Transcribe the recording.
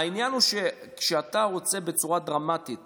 העניין הוא שכשאתה רוצה בצורה דרמטית